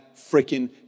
freaking